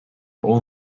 all